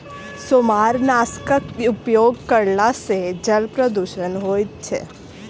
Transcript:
सेमारनाशकक उपयोग करला सॅ जल प्रदूषण होइत छै